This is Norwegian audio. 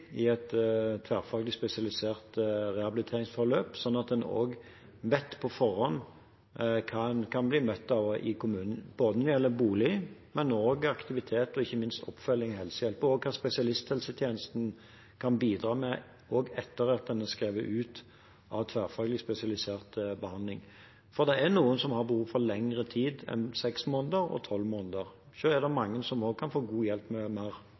både bolig, aktiviteter og ikke minst oppfølging av helsehjelp samt hva spesialisthelsetjenesten kan bidra med også etter at en er skrevet ut av tverrfaglig spesialisert behandling. Det er noen som har behov for lengre tid enn seks måneder og tolv måneder. Det er mange som også kan få god hjelp med mer